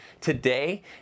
today